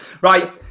Right